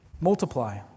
Multiply